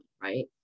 right